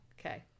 Okay